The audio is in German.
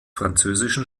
französischen